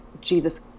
Jesus